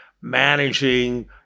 managing